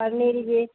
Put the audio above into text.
ಪನೀರಿಗೆ